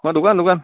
মই দোকান দোকান